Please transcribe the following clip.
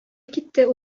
китте